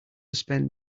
spend